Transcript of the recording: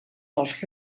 dels